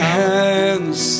hands